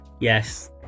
yes